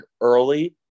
early